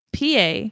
PA